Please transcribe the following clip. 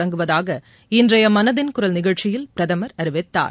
தொடங்குவதாக இன்றைய மனதின் குரல் நிகழ்ச்சியில் பிரதமர் அறிவித்தார்